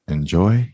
enjoy